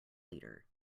leader